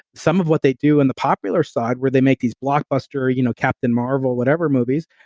some of what they do in the popular side where they make these blockbuster you know captain marvel, whatever movies,